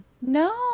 No